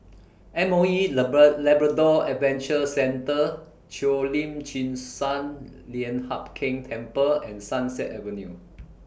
M O E Labrador Adventure Centre Cheo Lim Chin Sun Lian Hup Keng Temple and Sunset Avenue